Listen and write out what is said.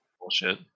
Bullshit